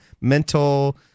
mental